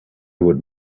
would